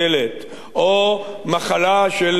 או מחלה של בן משפחה,